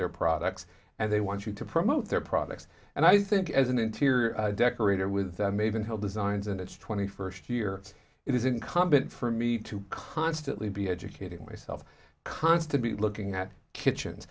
their products and they want you to promote their products and i think as an interior decorator with maven hill designs and it's twenty first year it is incumbent for me to constantly be educating myself constantly looking at kitchens